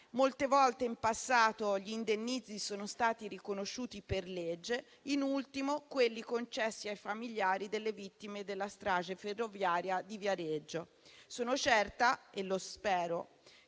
molte volte in passato gli indennizzi sono stati riconosciuti per legge, in ultimo quelli concessi ai familiari delle vittime della strage ferroviaria di Viareggio. Sono certa - e lo spero